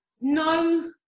no